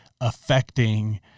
affecting